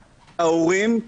ההורים,